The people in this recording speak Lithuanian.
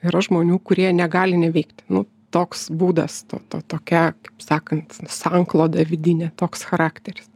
yra žmonių kurie negali neveikti nu toks būdas to to tokia kaip sakant sankloda vidinė toks charakteris